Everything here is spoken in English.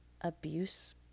abuse